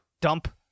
Dump